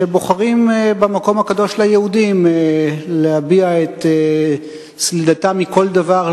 שבוחרים במקום הקדוש ליהודים להביע את סלידתם מכל דבר,